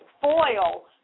foil